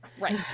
Right